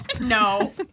No